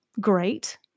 great